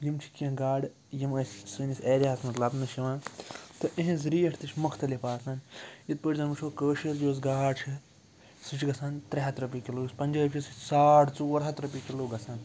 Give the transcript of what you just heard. یِم چھِ کیٚنٛہہ گاڈٕ یِم أسۍ سٲنِس ایریاہَس منٛز لَبنہٕ چھِ یِوان تہٕ اِہِنٛز ریٹھ تہِ چھِ مختلف آسان یِتھ پٲٹھۍ زَن وٕچھو کٲشِر یُس گاڈ چھِ سُہ چھِ گژھان ترٛےٚ ہَتھ رۄپیہِ کِلوٗ یُس پَنجٲبۍ چھِ سُہ ساڑ ژور ہَتھ رۄپیہِ کِلوٗ گژھان